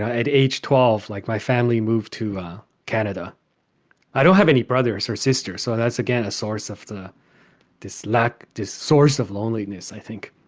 at age twelve like, my family moved to canada i don't have any brothers or sisters. so that's again, a source of the dislike, the source of loneliness. i think.